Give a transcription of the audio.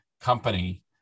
company